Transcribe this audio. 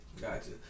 Gotcha